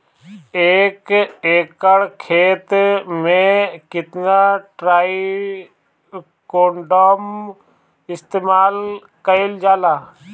एक एकड़ खेत में कितना ट्राइकोडर्मा इस्तेमाल कईल जाला?